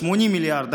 80 מיליארד,